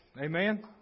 Amen